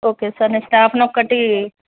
okay sir నేను స్టాఫ్ను ఒకటి